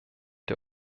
der